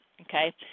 okay